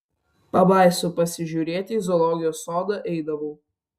pabaisų pasižiūrėti į zoologijos sodą eidavau